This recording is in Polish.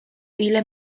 ile